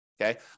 okay